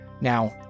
Now